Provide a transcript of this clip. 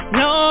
no